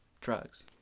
drugs